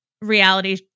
reality